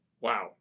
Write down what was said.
Wow